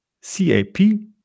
C-A-P